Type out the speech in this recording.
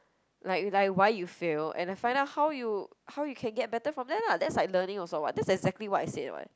like like why you fail and like find out how you how you can get better from there lah that's like learning also [what] that's exactly what I said [what]